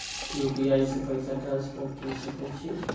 UPI से पैसा transfer की सके छी?